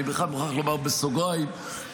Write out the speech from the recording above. אני מוכרח לומר בסוגריים,